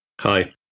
Hi